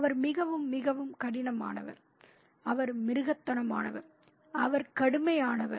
அவர் மிகவும் மிகவும் கடினமானவர் அவர் மிருகத்தனமானவர் அவர் கடுமையானவர்